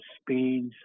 speeds